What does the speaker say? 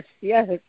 Yes